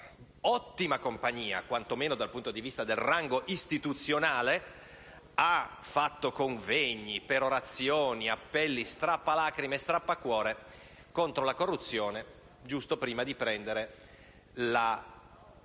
ottima compagnia, quantomeno dal punto di vista del rango istituzionale, ha fatto convegni, perorazioni, appelli strappalacrime e strappacuore contro la corruzione, giusto prima di prendere quella